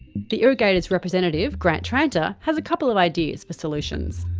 the irrigators representative grant tranter has a couple of ideas for solutions.